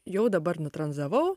jau dabar nutranzavau